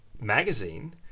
magazine